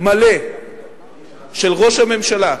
מלא של ראש הממשלה,